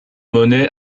monnaie